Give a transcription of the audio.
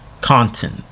content